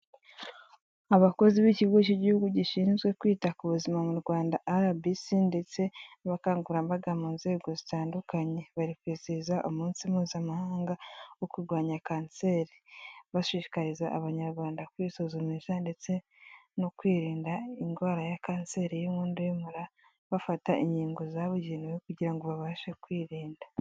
Abakozi b'ikigo k'igihugu gishinzwe kwita ku buzima mu Rwanda arabisi ndetse n'abakangurambaga mu nzego zitandukanye, bari kwizihiza umunsi mpuzamahanga wo kurwanya kanseri bashishikariza abanyarwanda kwisuzumisha ndetse no kwirinda indwara ya kanseri y'inkondo y'umura bafata inkingo zabugenewe kugira ngo babashe kwirinda.